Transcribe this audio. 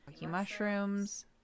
Mushrooms